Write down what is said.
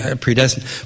predestined